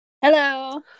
hello